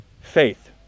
faith